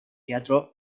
teatro